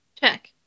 Check